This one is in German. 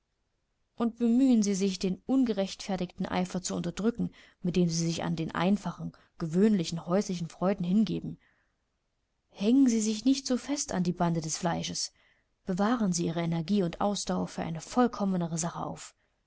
und bemühen sie sich den ungerechtfertigten eifer zu unterdrücken mit dem sie sich den einfachen gewöhnlichen häuslichen freuden hingeben hängen sie sich nicht zu fest an die bande des fleisches bewahren sie ihre energie und ausdauer für eine vollkommenere sache auf